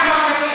מה עם הפקקים?